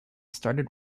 started